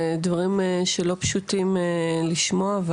דברים שלא פשוטים לשמוע,